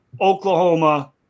Oklahoma